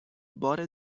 بار